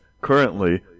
Currently